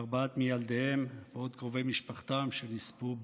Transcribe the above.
ארבעה מילדיהם ועוד קרובי משפחתם שנספו בשואה.